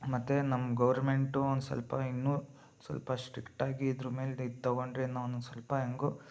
ಮತ್ತು ನಮ್ಮ ಗೌರ್ಮೆಂಟು ಒಂದು ಸ್ವಲ್ಪ ಇನ್ನು ಸ್ವಲ್ಪ ಸ್ಟ್ರಿಕ್ಟಾಗಿ ಇದ್ರ ಮೇಲೆ ಇದು ತೊಗೊಂಡರೆ ನಾವು ಒಂದು ಸ್ವಲ್ಪ ಹೆಂಗೋ